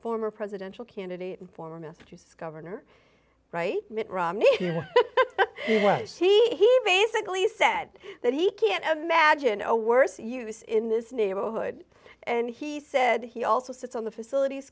former presidential candidate and former massachusetts governor mitt romney was he basically said that he can't imagine a worse use in this neighborhood and he said he also sits on the facilities